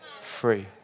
free